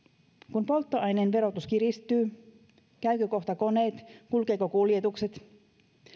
kun polttoaineen verotus kiristyy käyvätkö kohta koneet kulkevatko kuljetukset